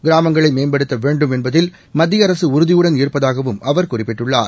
கிராமங்களை மேற்படுத்த வேண்டும் என்பதில் மத்திய அரசு உறுதியுடன் இருப்பதாகவும் அவர் குறிப்பிட்டுள்ளார்